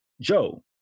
Joe